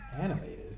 Animated